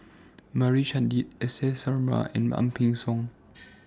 Meira Chand S S Sarma and Ang Peng Siong